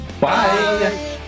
bye